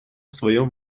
своем